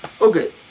Okay